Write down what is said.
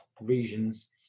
regions